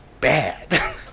bad